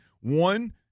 one